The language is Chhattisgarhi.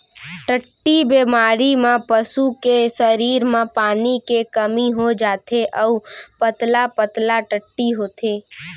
टट्टी बेमारी म पसू के सरीर म पानी के कमी हो जाथे अउ पतला पतला टट्टी होथे